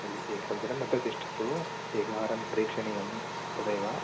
अय् एकं दिनम् अत्र तिष्ठतु एकवारं प्रेक्षणीयं तदेव